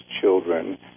children